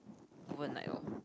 overnight orh